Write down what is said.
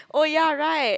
oh ya right